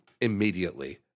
immediately